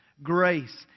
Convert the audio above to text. grace